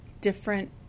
different